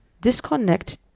disconnect